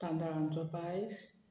तांदळांचो पायस